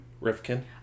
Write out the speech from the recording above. Rifkin